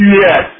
yes